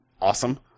awesome